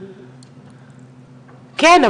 כן,